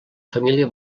família